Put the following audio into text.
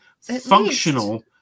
functional